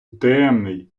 темний